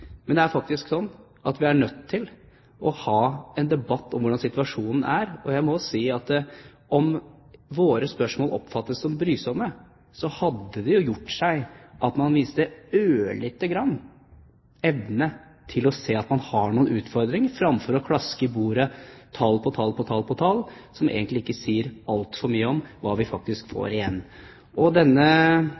Men det er faktisk sånn at vi er nødt til å ha en debatt om hvordan situasjonen er. Jeg må si at om våre spørsmål oppfattes som brysomme, så hadde det gjort seg at man viste ørlite grann evne til å se at man har noen utfordringer, fremfor å klaske tall på tall på tall som egentlig ikke sier altfor mye om hva vi faktisk får igjen,